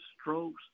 strokes